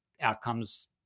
outcomes